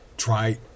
try